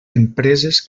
empreses